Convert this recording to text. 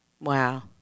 Wow